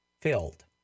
filled